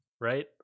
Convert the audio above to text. right